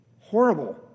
horrible